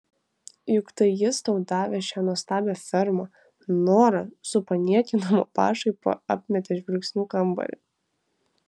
juk tai jis tau davė šią nuostabią fermą nora su paniekinama pašaipa apmetė žvilgsniu kambarį